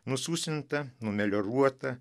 nususinta numelioruota